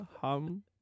Hum